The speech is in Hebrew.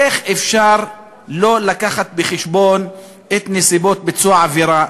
איך אפשר לא להביא בחשבון את נסיבות ביצוע העבירה?